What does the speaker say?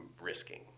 risking